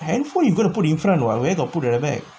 handphone you gonna put in front what where got put at the back